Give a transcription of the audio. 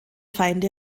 feinde